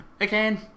Again